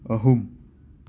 ꯑꯍꯨꯝ